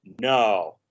No